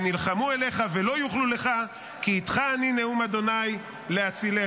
ונלחמו אליך ולא יוכלו לך כי אתך אני נאם ה' להצילך".